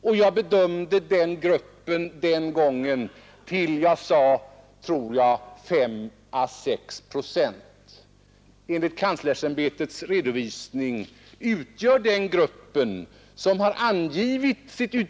Och den gruppen bedömde jag då vara fem å sex procent, tror jag att jag sade. Enligt kanslersämbetets redovisning utgör de studerande, vilkas studier